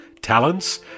talents